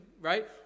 right